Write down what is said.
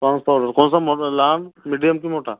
Pond's powder कौनसा model लहान medium की मोठा